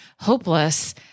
hopeless